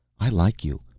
i like you.